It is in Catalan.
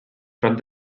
prop